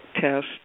test